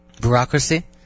bureaucracy